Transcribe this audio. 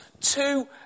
two